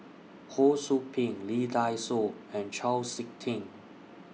Ho SOU Ping Lee Dai Soh and Chau Sik Ting